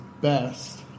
best